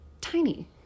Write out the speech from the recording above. tiny